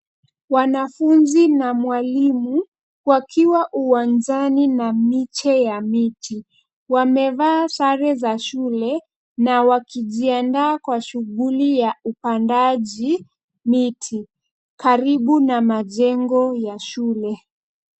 Wanafunzi na mwalimu wakiwa uwanjani na miche ya miti. Wamevaa sare za shule na wakijiandaa kwa shughuli ya upandaji miti karibu na majengo ya shule.